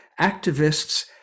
Activists